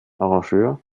arrangeur